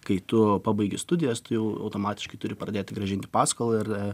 kai tu pabaigi studijas tu jau automatiškai turi pradėti grąžinti paskolą ir